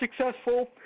successful